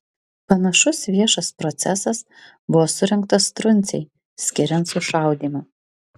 panašus viešas procesas buvo surengtas truncei skiriant sušaudymą